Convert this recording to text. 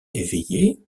éveillé